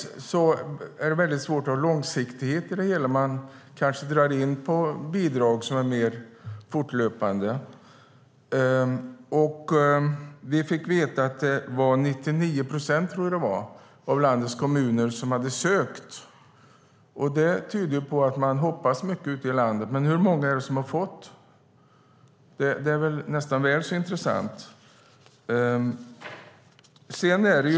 Det är svårt att få långsiktighet i det hela. Man kanske drar in på bidrag som är mer fortlöpande. Vi fick veta att 99 procent, tror jag att det var, av landets skolor hade sökt, och det tyder på att man hoppas mycket ute i landet. Men väl så intressant är hur många som har fått bidraget.